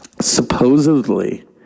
Supposedly